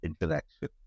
interaction